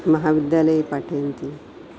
महाविद्यालये पाठयन्ति